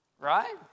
Right